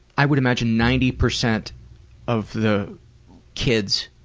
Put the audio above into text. i would imagine ninety percent of the kids